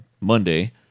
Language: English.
Monday